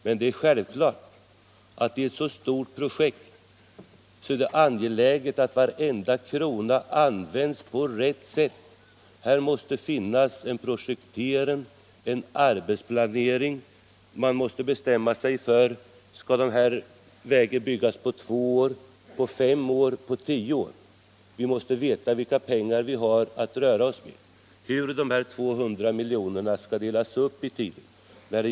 Men det är självklart att det i ett så stort projekt är angeläget att varenda krona används på rätt sätt. Det måste finnas en projektering och en arbetsplanering. Man måste bestämma sig för om vägen skall byggas på två år, på fem år eller på tio år. Vi måste också veta vilka medel vi har att röra oss med och hur de 200 miljonerna skall delas upp i tiden.